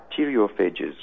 bacteriophages